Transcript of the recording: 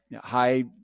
high